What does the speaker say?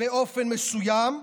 באופן מסוים,